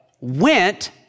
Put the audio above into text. went